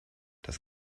das